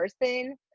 person